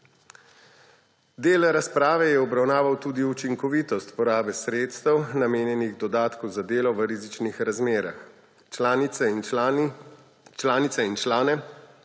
Del razprave je obravnaval tudi učinkovitost porabe sredstev, namenjenih dodatku za delo v rizičnih razmerah. Članice in člane